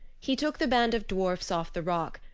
he took the band of dwarfs off the rock,